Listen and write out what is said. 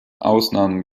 ausnahmen